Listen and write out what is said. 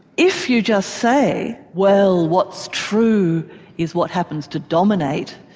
if you just say, well what's true is what happens to dominate,